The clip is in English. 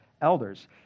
elders